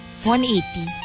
180